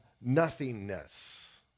nothingness